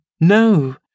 No